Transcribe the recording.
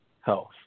health